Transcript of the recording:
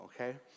okay